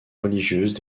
religieuses